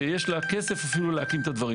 שיש לה כסף אפילו להקים את הדברים.